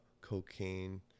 cocaine